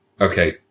Okay